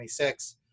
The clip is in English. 26